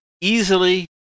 easily